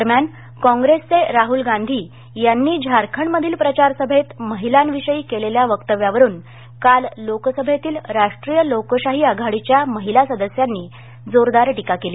दरम्यान काँग्रेसचे राहुल गांधी यांनी झारखंडमधील प्रचारसभेत महिलांविषयी केलेल्या वक्तव्यावरुन काल लोकसभेतील राष्ट्रीय लोकशाही आघाडीच्या महिला सदस्यांनी जोरदार टिका केली